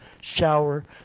shower